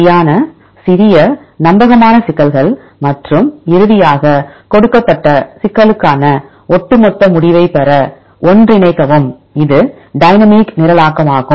சரியான சிறிய நம்பகமான சிக்கல்கள் மற்றும் இறுதியாக கொடுக்கப்பட்ட சிக்கலுக்கான ஒட்டுமொத்த முடிவைப் பெற ஒன்றிணைக்கவும் இது டைனமிக் நிரலாக்கமாகும்